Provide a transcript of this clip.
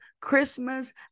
Christmas